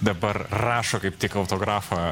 dabar rašo kaip tik autografą